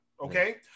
okay